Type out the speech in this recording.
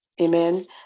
Amen